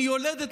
מיולדת,